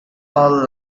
all